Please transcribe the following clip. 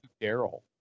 daryl